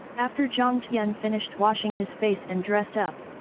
after jiang tian finished washing his face and dressed up,